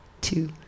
two